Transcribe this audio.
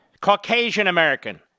Caucasian-American